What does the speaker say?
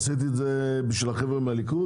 עשיתי את זה בשביל החבר'ה מהליכוד,